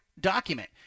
document